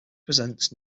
presents